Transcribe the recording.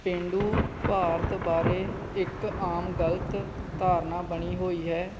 ਪੇਂਡੂ ਭਾਰਤ ਬਾਰੇ ਇੱਕ ਆਮ ਗਲਤ ਧਾਰਨਾ ਬਣੀ ਹੋਈ ਹੈ